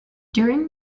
during